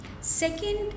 Second